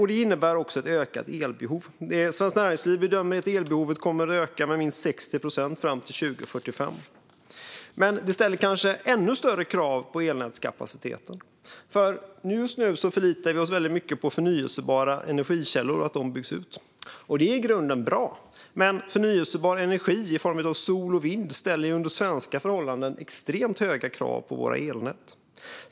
Det innebär också ett ökat elbehov. Svenskt Näringsliv bedömer att elbehovet kommer att öka med minst 60 procent fram till 2045. Men det ställer kanske ännu större krav på elnätskapaciteten. Just nu förlitar vi oss väldigt mycket på att de förnybara energikällorna byggs ut. Att de gör det är i grunden bra, men förnybar energi i form av sol och vind ställer under svenska förhållanden extremt höga krav på våra elnät.